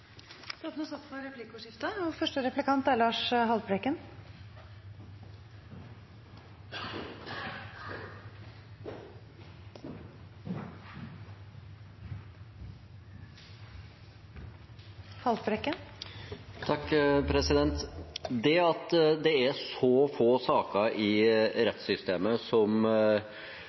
klagesaksbehandling, muligheten for domstolsprøving og andre kontrollorganer, som Sivilombudsmannen og Riksrevisjonen. Det blir replikkordskifte. Det at det er så få saker i rettssystemet som